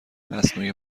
مصنوعی